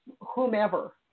whomever